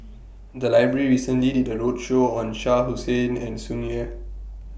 The Library recently did A roadshow on Shah Hussain and Tsung Yeh